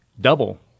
Double